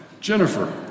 Jennifer